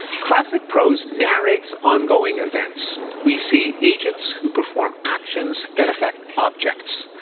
classic prose narrates ongoing events. we see agents who perform actions that affect objects.